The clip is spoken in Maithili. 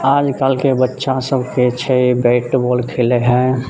आइकाल्हिके बच्चा सबके छै बैट बॉल खेलै हय